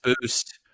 boost